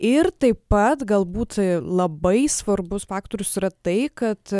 ir taip pat galbūt labai svarbus faktorius yra tai kad